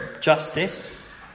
justice